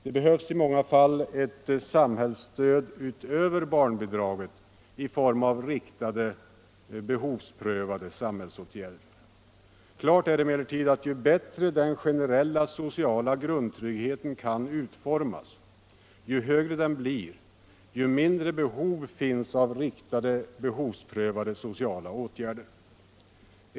Det behövs i många fall ett samhällsstöd utöver barnbidraget i form av riktade, behovsprövade samhällsåtgärder. Klart är emellertid att ju bättre den generella sociala grundtryggheten kan utformas, ju högre den blir, desto mindre behov finns det av riktade, behovsprövade sociala åtgärder.